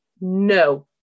no